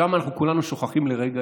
שם אנחנו כולנו שוכחים את זה לרגע